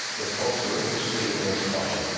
if folks are interested in this fine.